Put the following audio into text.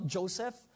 Joseph